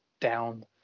down